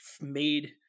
made